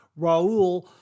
Raul